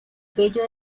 bello